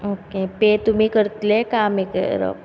okay pay तुमी करतले काय आमी करप